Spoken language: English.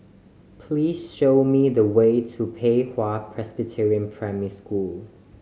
please show me the way to Pei Hwa Presbyterian Primary School